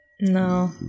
No